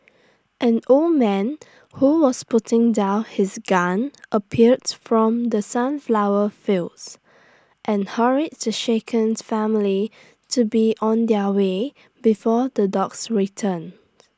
an old man who was putting down his gun appeared from the sunflower fields and hurried the shakens family to be on their way before the dogs return